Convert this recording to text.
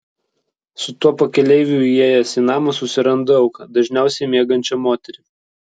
su tuo pakeleiviu įėjęs į namą susiranda auką dažniausiai miegančią moterį